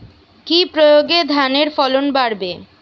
কি প্রয়গে ধানের ফলন বাড়বে?